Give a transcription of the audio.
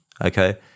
okay